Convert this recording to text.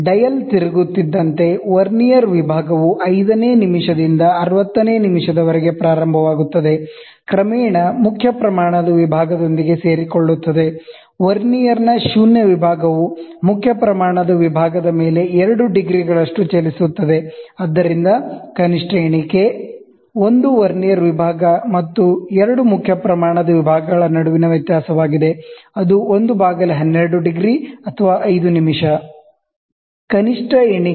dial ತಿರುಗುತ್ತಿದ್ದಂತೆ vernier ವಿಭಾಗವು ಐದನೇ ನಿಮಿಷದಿಂದ 60 ನೇ ನಿಮಿಷದವರೆಗೆ ಪ್ರಾರಂಭವಾಗುತ್ತದೆ ಕ್ರಮೇಣ ಮುಖ್ಯ ಪ್ರಮಾಣದ ವಿಭಾಗದೊಂದಿಗೆ ಸೇರಿಕೊಳ್ಳುತ್ತದೆ ವರ್ನಿಯರ್ನ ಶೂನ್ಯ ವಿಭಾಗವು ಮುಖ್ಯ ಪ್ರಮಾಣದ ವಿಭಾಗದ ಮೇಲೆ 2 ಡಿಗ್ರಿಗಳಷ್ಟು ಚಲಿಸುತ್ತದೆ ಆದ್ದರಿಂದ ಕನಿಷ್ಠ ಎಣಿಕೆ ಒಂದು ವರ್ನಿಯರ್ ವಿಭಾಗ ಮತ್ತು ಎರಡು ಮುಖ್ಯ ಪ್ರಮಾಣದ ವಿಭಾಗಗಳ ನಡುವಿನ ವ್ಯತ್ಯಾಸವಾಗಿದೆ ಅದು 112 ° ಅಥವಾ 5 '